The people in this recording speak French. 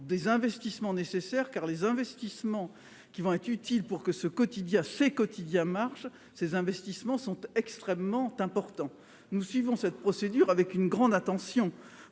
des investissements nécessaires, car les investissements qui vont être utiles pour que ce quotidien fait quotidien marche ces investissements sont extrêmement importants, nous suivons cette procédure avec une grande attention